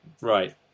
Right